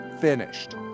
finished